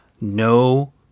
No